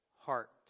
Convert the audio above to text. heart